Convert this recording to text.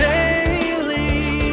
Daily